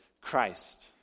Christ